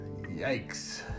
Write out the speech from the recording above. Yikes